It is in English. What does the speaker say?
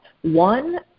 one